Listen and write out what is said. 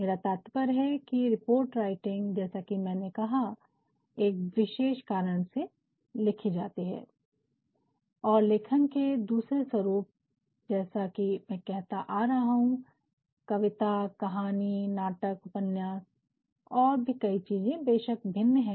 मेरा तात्पर्य है की रिपोर्ट जैसा कि मैंने कहा एक विशेष कारण से लिखी जाती है और लेखन के दूसरे स्वरूप जैसा कि मैं कहता आ रहा हूं कि कविता कहानी नाटक उपन्यास और भी कई चीजें हैं बेशक भिन्न है